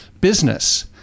business